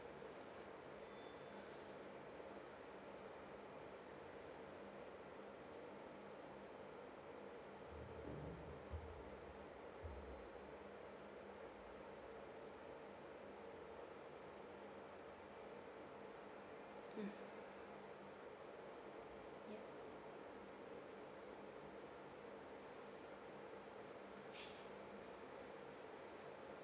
mm yes